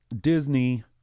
Disney